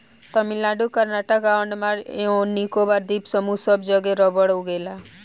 तमिलनाडु कर्नाटक आ अंडमान एवं निकोबार द्वीप समूह सब जगे रबड़ उगेला